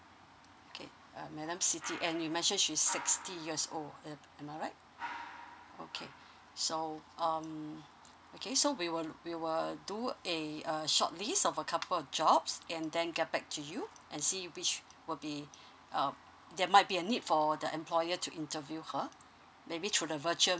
okay um madam anne you mentioned she's sixty years old am I right okay so um okay so we will we will do a eh short list of a couple of jobs and then get back to you and see which will be uh there might be a need for the employer to interview her maybe through the virtual